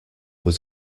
was